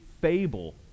fable